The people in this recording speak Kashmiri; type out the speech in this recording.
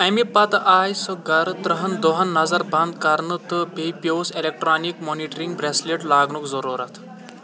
اَمہِ پتہٕ آیہِ سۄ گَرِ ترٛہَن دۄہن نظر بنٛد کَرنہٕ تہٕ بیٚیہِ پیٛوس ایٚلیٚکٹرٛانِک مانِٹرٛنِگ برٛیٚسلیٚٹ لاگٕنُک ضروٗرت